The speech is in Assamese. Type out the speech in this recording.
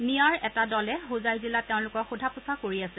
নিয়াৰ এটা দলে হোজাই জিলাত তেওঁলোকক সোধা পোছা কৰি আছে